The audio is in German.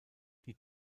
die